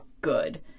good